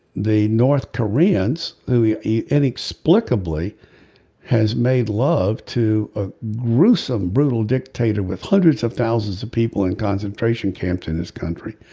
the north koreans who inexplicably has made love to a gruesome brutal dictator with hundreds of thousands of people in concentration camps in his country.